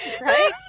Right